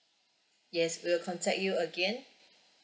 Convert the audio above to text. yes we'll contact you again